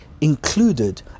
included